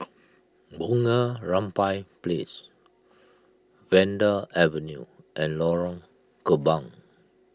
Bunga Rampai Place Vanda Avenue and Lorong Kembang